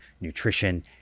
nutrition